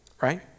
right